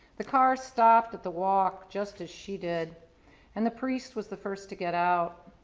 the car stopped at the walk just as she did and the priest was the first to get out.